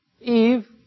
Eve